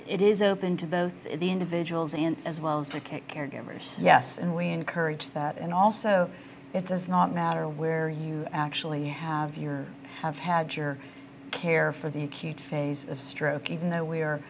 it is open to both the individuals and as well as the k caregivers yes and we encourage that and also it does not matter where you actually have your have had your care for the acute phase of stroke even though we